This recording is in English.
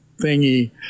thingy